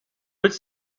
its